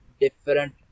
different